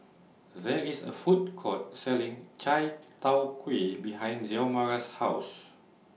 There IS A Food Court Selling Chai Tow Kuay behind Xiomara's House